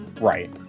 Right